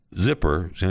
zipper